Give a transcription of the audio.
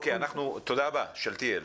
תודה רבה, שאלתיאל.